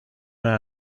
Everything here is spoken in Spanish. una